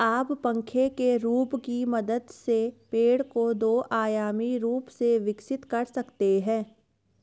आप पंखे के रूप की मदद से पेड़ को दो आयामी रूप से विकसित कर सकते हैं